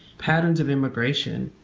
patterns of immigration,